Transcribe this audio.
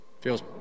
feels